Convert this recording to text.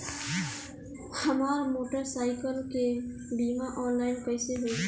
हमार मोटर साईकीलके बीमा ऑनलाइन कैसे होई?